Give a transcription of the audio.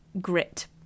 grit